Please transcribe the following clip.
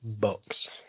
box